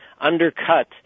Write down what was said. undercut